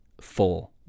full